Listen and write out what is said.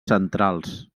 centrals